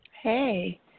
Hey